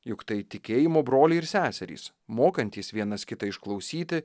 juk tai tikėjimo broliai ir seserys mokantys vienas kitą išklausyti